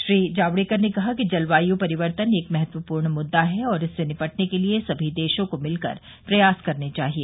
श्री जावड़ेकर ने कहा कि जलवायू परिवर्तन एक महत्वपूर्ण मुद्दा है और इससे निपटने के लिए समी देशों को मिलकर प्रयास करने चाहिए